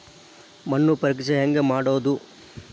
ಮಣ್ಣು ಪರೇಕ್ಷೆ ಹೆಂಗ್ ಮಾಡೋದು?